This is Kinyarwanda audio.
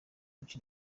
guca